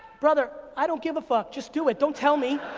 brother, i don't give a fuck. just do it, don't tell me.